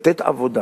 לתת עבודה